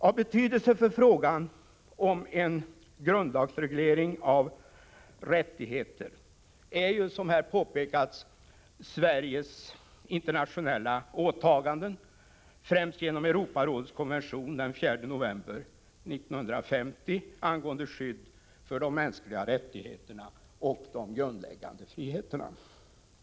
Av betydelse för frågan om en grundlagsreglering av rättigheter är ju, som här har påpekats, Sveriges internationella åtaganden, främst genom Europarådets konvention den 4 november 1950 angående skydd för de mänskliga rättigheterna och de grundläggande friheterna.